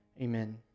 Amen